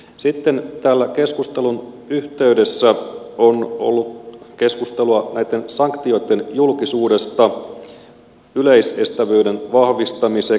sitten täällä keskustelun yhteydessä on ollut keskustelua näitten sanktioitten julkisuudesta yleisestävyyden vahvistamiseksi